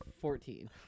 Fourteen